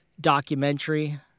documentary